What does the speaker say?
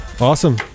awesome